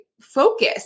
focus